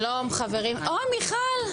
שלום בוקר טוב חברים חברות,